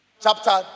chapter